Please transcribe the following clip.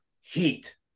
heat